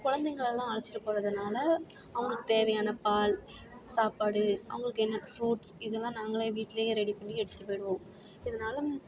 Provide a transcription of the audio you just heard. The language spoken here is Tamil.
கொழந்தைங்களும் அழைச்சிட்டுப் போகிறதுனால அவங்களுக்குத் தேவையான பால் சாப்பாடு அவங்களுக்கு என்ன ஃப்ரூட்ஸ் இதெல்லாம் நாங்களே வீட்டிலையே ரெடி பண்ணி எடுத்துகிட்டு போயிடுவோம் இதனால